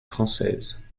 française